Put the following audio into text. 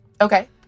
Okay